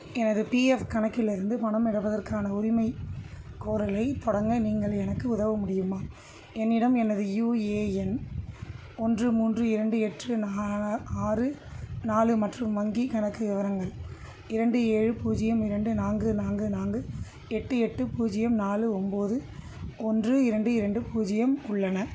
எனது பிஎஃப் கணக்கிலிருந்து பணம் எடுப்பதற்கான உரிமை கோறலை தொடங்க நீங்கள் எனக்கு உதவ முடியுமா என்னிடம் எனது யுஏஎன் ஒன்று மூன்று இரண்டு எட்டு நா ஆறு நாலு மற்றும் வங்கி கணக்கு விவரங்கள் இரண்டு ஏழு பூஜ்ஜியம் இரண்டு நான்கு நான்கு நான்கு எட்டு எட்டு பூஜ்ஜியம் நாலு ஒம்பது ஒன்று இரண்டு இரண்டு பூஜ்ஜியம் உள்ளன